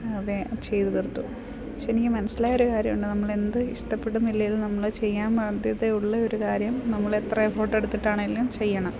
ചെയ്ത് തീർത്തു പക്ഷെ എനിക്ക് മനസ്സിലായൊരു കാര്യം ഉണ്ട് നമ്മളെന്ത് ഇഷ്ടപ്പെടുന്നില്ലെങ്കിലും നമ്മൾ ചെയ്യാൻ ബാധ്യത ഉള്ള ഒരു കാര്യം നമ്മളെത്ര എഫെർട്ട് എടുത്തിട്ടാണെങ്കിലും ചെയ്യണം